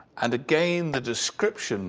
and again, the description